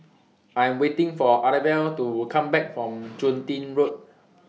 I Am waiting For Arvel to Come Back from Chun Tin Road